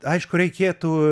aišku reikėtų